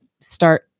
start